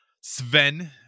Sven